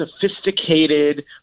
sophisticated